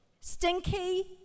stinky